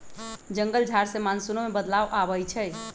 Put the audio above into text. जंगल झार से मानसूनो में बदलाव आबई छई